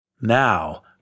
Now